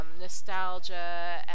nostalgia